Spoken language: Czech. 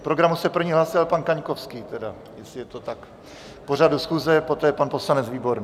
K programu se první hlásil pan Kaňkovský, jestli je to tak, k pořadu schůze, poté pan poslanec Výborný.